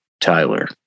Tyler